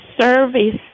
service